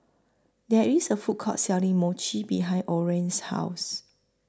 There IS A Food Court Selling Mochi behind Orren's House